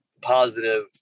positive